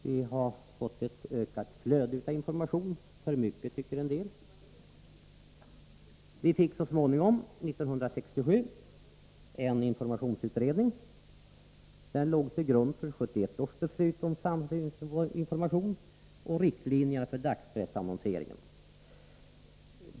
Vi har fått ett ökat flöde av information — för mycket, tycker en del. Vi fick så småningom, 1967, en informationsutredning. Den låg till grund för 1971 års beslut om samhällsinformation och riktlinjerna för dagspressannonseringen.